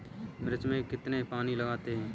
मिर्च में कितने पानी लगते हैं?